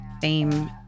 fame